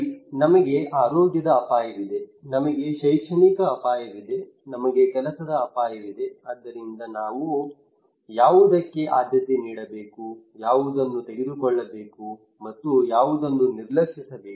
ಸರಿ ನಮಗೆ ಆರೋಗ್ಯದ ಅಪಾಯವಿದೆ ನಮಗೆ ಶೈಕ್ಷಣಿಕ ಅಪಾಯವಿದೆ ನಮಗೆ ಕೆಲಸದ ಅಪಾಯವಿದೆ ಆದ್ದರಿಂದ ನಾನು ಯಾವುದಕ್ಕೆ ಆದ್ಯತೆ ನೀಡಬೇಕು ಯಾವುದನ್ನು ತೆಗೆದುಕೊಳ್ಳಬೇಕು ಮತ್ತು ಯಾವುದನ್ನು ನಿರ್ಲಕ್ಷಿಸಬೇಕು